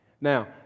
Now